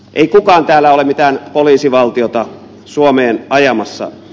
ei kukaan täällä ole mitään poliisivaltiota suomeen ajamassa